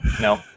No